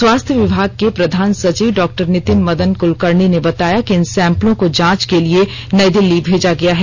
स्वास्थ्य विभाग के प्रधान सचिव डॉ नितिन मदन कलकर्णी ने बताया कि इन सैंपलों को जांच के लिए नई दिल्ली मेजा गया है